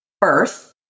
birth